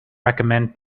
recommend